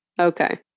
Okay